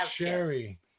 Sherry